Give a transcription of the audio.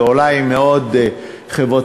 זה אולי מאוד חברתי,